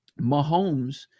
Mahomes